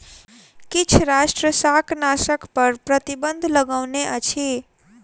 किछ राष्ट्र शाकनाशक पर प्रतिबन्ध लगौने अछि